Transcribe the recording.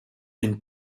une